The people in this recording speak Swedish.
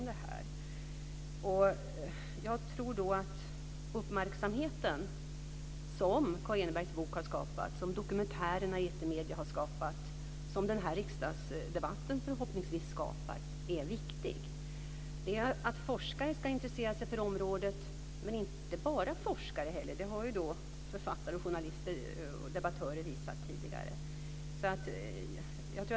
Den uppmärksamhet som Kaa Enebergs bok har skapat, som dokumentärer i etermedierna har skapat och som denna riksdagsdebatt förhoppningsvis skapar är viktig. Den gör att forskare intresserar sig för området. Men det är inte bara forskare som gör det. Det har författare, journalister och debattörer visat tidigare.